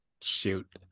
shoot